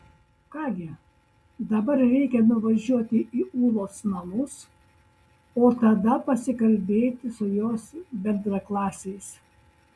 ką gi dabar reikia nuvažiuoti į ūlos namus o tada pasikalbėti su jos bendraklasiais